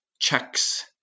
checks